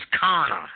Connor